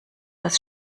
das